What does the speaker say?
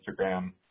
instagram